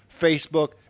Facebook